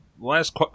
last